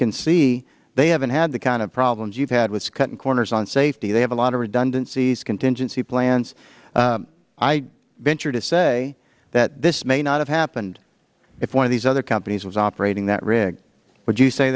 can see they haven't had the kind of problems you've had with cutting corners on safety they have a lot of redundancies contingency plans i venture to say that this may not have happened if one of these other companies was operating that rig would you say